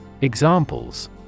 Examples